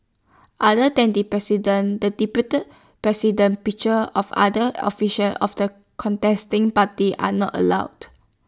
other than the president the deputy president pictures of other officials of the contesting parties are not allowed